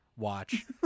watch